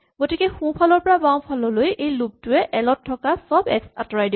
গতিকে সোঁফালৰ পৰা বাওঁফাললৈ এই লুপ টোৱে এল ত থকা চব এক্স আঁতৰাই দিব